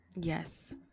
yes